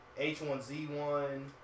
H1Z1